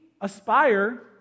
aspire